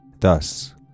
Thus